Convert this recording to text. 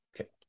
okay